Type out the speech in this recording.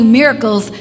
miracles